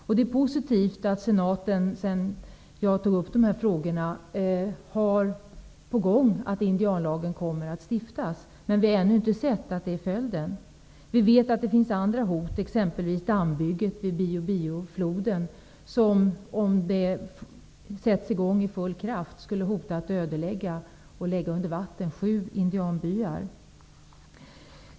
Det är också positivt att senaten nu är i gång med att stifta indianlagen. Men vi har ännu inte sett att det blir följden. Vi vet att det finns andra hot, som exempelvis dammbygget vid Bio-Biofloden vilket skulle hota att lägga sju indianbyar under vatten och därigenom ödelägga dessa om det skulle sättas igång med full kraft.